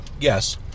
yes